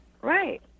Right